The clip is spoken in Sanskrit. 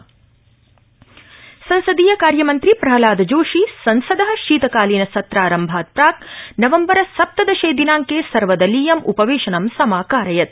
संसत्सव्रम संसदीय कार्य मन्त्री प्रहलाद जोशी संसद शीत कालीन सत्रारम्भात् प्राक् नवम्बर सप्तदशे दिनांके सर्वदलीयम् उपवेशनं समाकारयत्